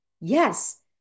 Yes